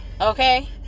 okay